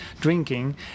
drinking